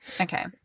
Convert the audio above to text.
Okay